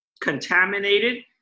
contaminated